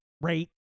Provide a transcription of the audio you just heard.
rate